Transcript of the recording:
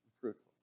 fruitful